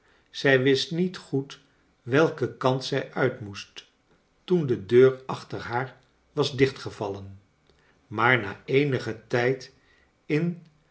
zij wist niet goed welken kant zij uit moest teen de dour ac liter haar was dichtgevallen maar na eenigen tijd in